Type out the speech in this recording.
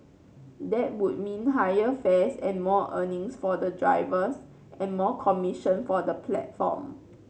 that would mean higher fares and more earnings for the drivers and more commission for the platform